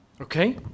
Okay